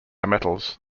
metals